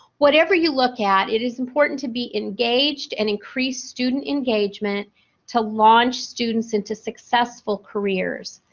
whatever you look at it is important to be engaged and increase student engagement to launch students into successful careers.